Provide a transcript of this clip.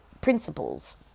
principles